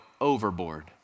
overboard